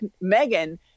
Megan